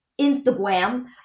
Instagram